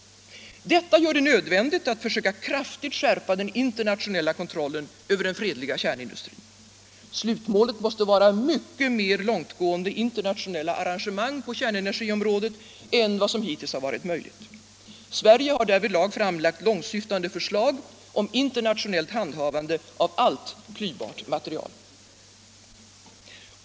Detta gör det nödvändigt att försöka kraftigt skärpa den internationella kontrollen över den fredliga kärnindustrin. Slutmålet måste vara mycket mera långtgående internationella arrangemang på kärnenergiområdet än vad som hittills varit möjligt. Sverige har därvidlag framlagt långtsyftande förslag om internationellt handhavande av allt klyvbart material.